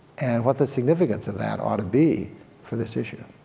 and what the significance of that ought to be for this issue.